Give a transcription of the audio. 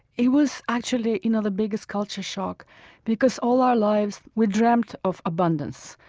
it was actually you know the biggest culture shock because all our lives, we dreamt of abundance.